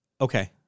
Okay